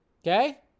Okay